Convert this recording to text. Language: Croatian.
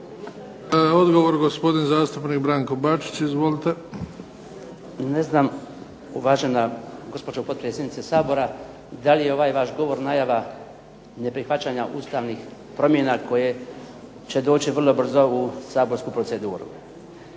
Odgovor, gospodin zastupnik Branko Bačić. Izvolite. **Bačić, Branko (HDZ)** Ne znam uvažena gospođo potpredsjednice Sabora da li je ovaj vaš govor najava neprihvaćanja ustavnih promjena koje će doći vrlo brzo u saborsku proceduru.